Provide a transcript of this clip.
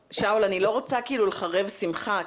שאול, אני לא רוצה לחרב שמחה.